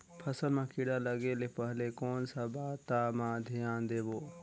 फसल मां किड़ा लगे ले पहले कोन सा बाता मां धियान देबो?